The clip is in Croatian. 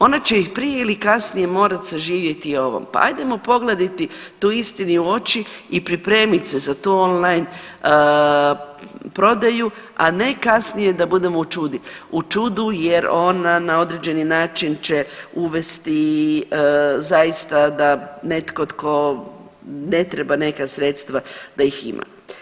Ona će ih prije ili kasnije morati saživjeti i o ovom, pa hajmo pogledati toj istini u oči i pripremiti se za tu on-line prodaju a ne kasnije da budemo u čudu jer ona na određeni način će uvesti zaista da netko tko ne treba neka sredstva da ih ima.